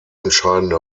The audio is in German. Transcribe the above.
entscheidende